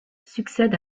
succède